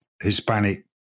Hispanic